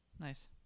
Nice